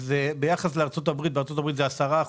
בארצות הברית זה 10%,